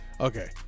okay